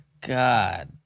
God